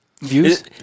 Views